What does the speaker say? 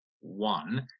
one